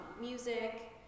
music